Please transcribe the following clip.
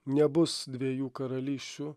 nebus dviejų karalysčių